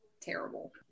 terrible